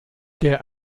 der